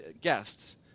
guests